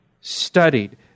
studied